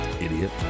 Idiot